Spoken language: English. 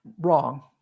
wrong